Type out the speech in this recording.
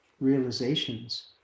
realizations